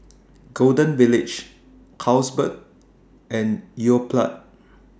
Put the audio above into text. Golden Village Carlsberg and Yoplait